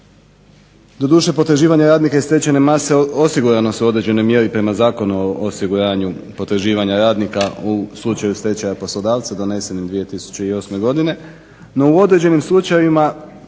Doduše potraživanja iz stečajne mase osigurane su određene mjeri prama Zakonu o osiguranju potraživanja radnika u slučaju stečaja poslodavca donesenim 2008. godine, no u određenim slučajevima